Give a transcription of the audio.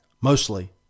mostly